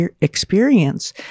experience